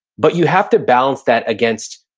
but you have to balance that against,